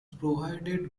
provided